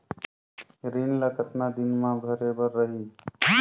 ऋण ला कतना दिन मा भरे बर रही?